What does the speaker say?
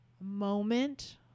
moment